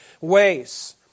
ways